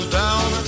down